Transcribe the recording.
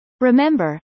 Remember